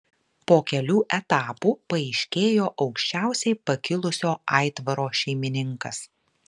po kelių etapų paaiškėjo aukščiausiai pakilusio aitvaro šeimininkas